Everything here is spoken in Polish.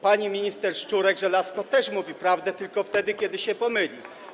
Pani minister Szczurek-Żelazko też mówi prawdę tylko wtedy, kiedy się pomyli.